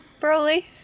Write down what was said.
Broly